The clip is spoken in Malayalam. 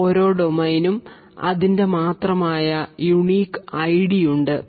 ഓരോ ഡൊമൈൻ ഉം അതിൻ്റെ മാത്രമായ യൂണിക് ഐഡി ഉണ്ട്